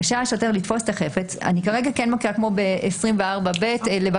רשאי השוטר לתפוס את החפץ --- אני כרגע כן מקריאה כמו בסעיף 24(ב)